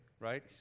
right